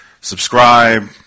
Subscribe